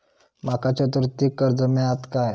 माका चतुर्थीक कर्ज मेळात काय?